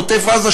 בעוטף-עזה,